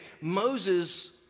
Moses